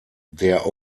der